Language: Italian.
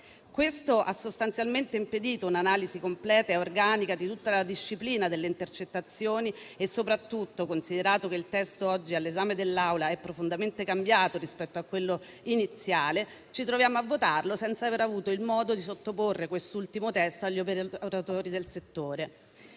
Questo ha sostanzialmente impedito un'analisi completa e organica di tutta la disciplina delle intercettazioni e soprattutto, considerato che il testo oggi all'esame dell'Aula è profondamente cambiato rispetto a quello iniziale, ci troviamo a votarlo senza aver avuto il modo di sottoporre quest'ultimo testo agli operatori del settore.